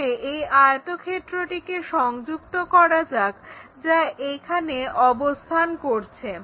তাহলে এই আয়তক্ষেত্রটিকে সংযুক্ত করা যাক যা এখানে অবস্থান করছে